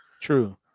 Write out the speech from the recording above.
true